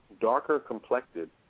darker-complected